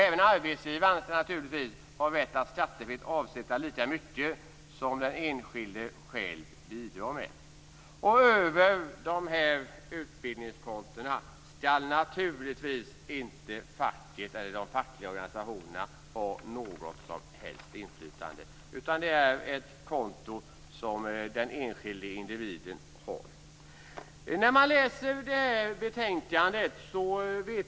Även arbetsgivarna skall naturligtvis ha rätt att skattefritt avsätta lika mycket som den enskilde själv bidrar med. Över dessa utbildningskonton skall naturligtvis inte facket eller de fackliga organisationerna ha något som helst inflytande. Det är ett konto som den enskilde individen har.